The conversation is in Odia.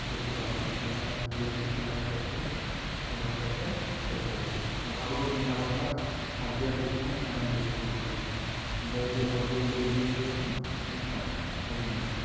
ଦେଖିପାରିବା କେମିତି ରିଅଲ୍ କେମିତି ଫ୍ୟାକ୍ଟ୍ ଯେମିତି ଫ୍ୟାକ୍ଟ୍ ଫ୍ୟାକ୍ଟ୍ ହେବା ଆଉ ଆଗରୁ ଯେମିତି ହେଉଥିଲା ଅମ୍ପେୟାର୍ ଡିସିସନ ଫାଇନାଲ ଡିସିସନ୍ ହେଉଥିଲା ଅମ୍ପେୟାର ଯଦି ଆଉଟ ଦେଇଦେଲେ ବି ନେଇ ସେଟା ତାହେଲେ ସେଟା ଆଉଟ ନେଇଛି